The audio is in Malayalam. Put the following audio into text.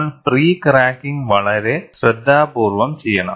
നിങ്ങൾ പ്രീ ക്രാക്കിംഗ് വളരെ ശ്രദ്ധാപൂർവ്വം ചെയ്യണം